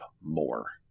more